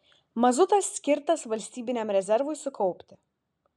mazutas skirtas valstybiniam rezervui sukaupti